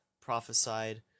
prophesied